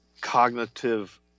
cognitive